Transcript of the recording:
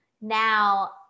now